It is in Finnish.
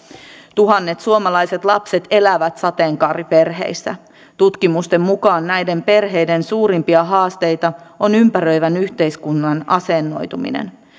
tuhannet suomalaiset lapset elävät sateenkaariperheissä tutkimusten mukaan näiden perheiden suurimpia haasteita on ympäröivän yhteiskunnan asennoituminen